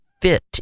fit